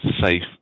safe